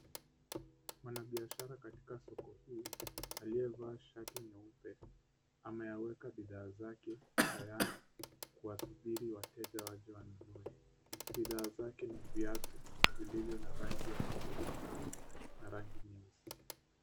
Mwanabiashara katika soko hii aliyevaa shati nyeupe ameweka bidhaa zake tayari kuwasubiri wateja waje wanunue ,bidhaa zake ni viatu vilivyo na rangi ya hudhurungi na rangi nyeusi.